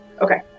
Okay